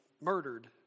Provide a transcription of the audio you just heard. murdered